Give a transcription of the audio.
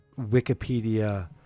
Wikipedia